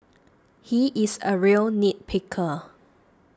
he is a real nit picker